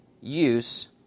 use